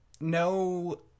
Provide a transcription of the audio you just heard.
no